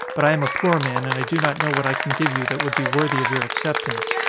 but i am a poor man and i do not know what i can give you that would be worthy of your acceptance.